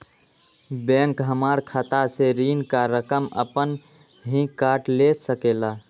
Bank हमार खाता से ऋण का रकम अपन हीं काट ले सकेला?